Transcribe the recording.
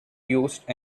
used